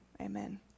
amen